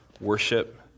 Worship